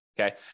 Okay